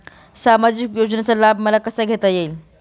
सामाजिक योजनेचा लाभ मला कसा घेता येईल?